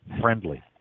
friendly